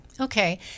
Okay